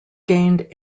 gained